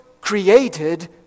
created